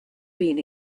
been